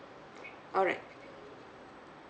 alright